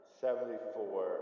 seventy-four